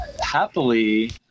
happily